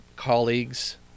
colleagues